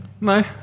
No